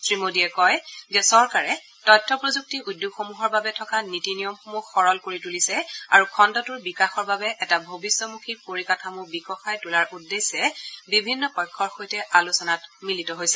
শ্ৰীমোদীয়ে কয় যে চৰকাৰে তথ্য প্ৰযুক্তি উদ্যোগসমূহৰ বাবে থকা নীতি নিয়মসমূহ সৰল কৰি তুলিছে আৰু খণ্ডটোৰ বিকাশৰ বাবে এটা ভৱিষ্যমূখী পৰিকাঠামো বিকশাই তোলাৰ উদ্দেশ্যে বিভিন্ন পক্ষৰ সৈতে আলোচনাত মিলিত হৈছে